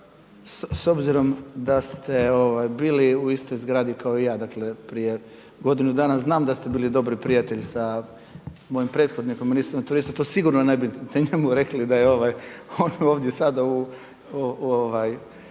S obzirom da ste bili u istoj zgradi kao i ja, dakle prije godinu dana, znam da ste bili dobar prijatelj sa mojim prethodnikom ministrom turizma, to sigurno ne bi njemu rekli da je on ovdje sada u